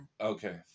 Okay